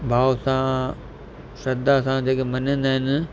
भाव सां श्रद्धा सां जेके मञंदा आहिनि